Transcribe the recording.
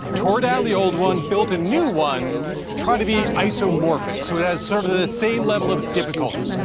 tore down the old one built a new one to try to be iso morphic. so it has sort of the same level of difficulty,